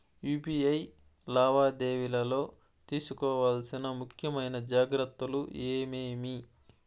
UPI లావాదేవీలలో తీసుకోవాల్సిన ముఖ్యమైన జాగ్రత్తలు ఏమేమీ?